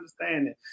understanding